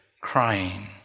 crying